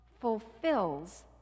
fulfills